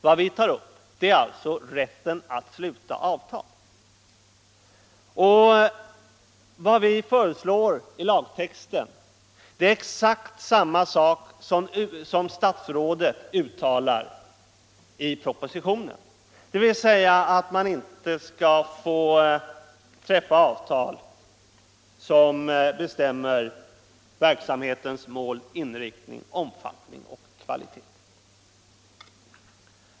Vad vi tar upp är rätten att sluta avtal, och vad vi föreslår i lagtexten är exakt samma sak som statsrådet uttalar i propositionen, dvs. att man inte skall få träffa avtal som bestämmer verksamhetens mål, inriktning, omfattning och kvalitet.